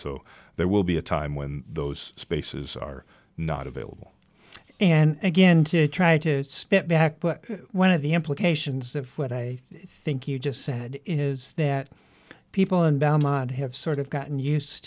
so there will be a time when those spaces are not available and again to try to step back but one of the implications of what i think you just said is that people unbound lot have sort of gotten used